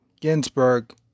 Ginsburg